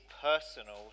personal